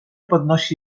podnosi